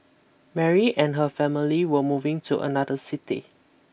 Mary and her family were moving to another city